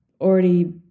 already